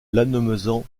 lannemezan